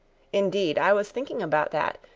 indeed i was thinking about that,